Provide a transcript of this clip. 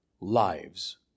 lives